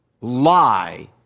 lie